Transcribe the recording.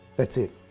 that's it.